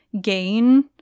gain